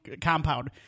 compound